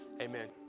amen